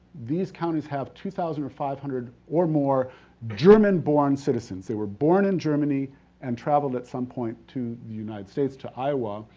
these counties have two thousand five hundred or more german born citizens, they were born in germany and traveled at some point to the united states, to iowa.